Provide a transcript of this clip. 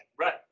Right